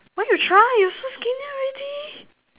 why you try you so skinny already